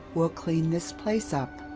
will clean this place up.